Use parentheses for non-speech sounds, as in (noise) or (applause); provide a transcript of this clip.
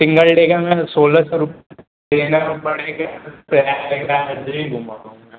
single day का ma'am सोलह सौ रुपये का (unintelligible) घूमा पाऊँगा